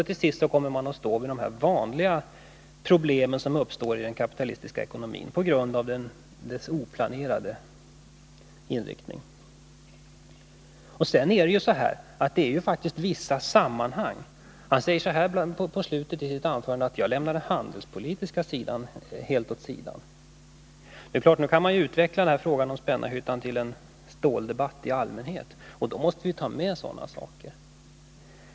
Till sist står man där med de vanliga problemen i den kapitalistiska ekonomin på grund av dess oplanerade inriktning. Sedan finns det faktiskt också vissa sammanhang. I slutet av sitt anförande sade industriministern att han helt bortser från den handelspolitiska sidan. Det är klart att man kan utveckla frågan om Spännarhyttan till en ståldebatt i allmänhet, och då måste vi ta med sådana saker.